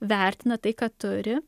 vertina tai ką turi